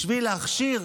בשביל להכשיר